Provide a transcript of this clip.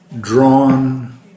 drawn